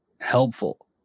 helpful